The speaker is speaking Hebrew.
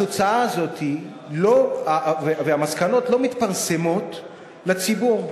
התוצאה הזאת והמסקנות לא מתפרסמות לציבור.